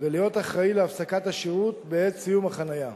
ולהיות אחראי להפסקת השירות בעת סיום החנייה,